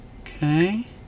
Okay